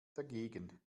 dagegen